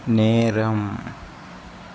நேரம்